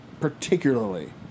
particularly